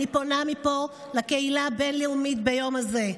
אני פונה מפה לקהילה הבין-לאומית ביום הזה.